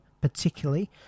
particularly